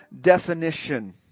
definition